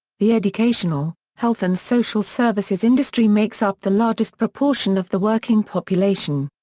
the educational health and social services industry makes up the largest proportion of the working population.